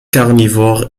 carnivore